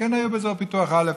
שכן היו באזור פיתוח א'.